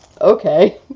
okay